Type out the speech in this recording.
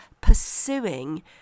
pursuing